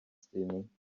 steaming